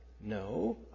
No